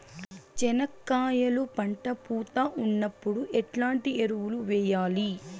చెనక్కాయలు పంట పూత ఉన్నప్పుడు ఎట్లాంటి ఎరువులు వేయలి?